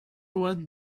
want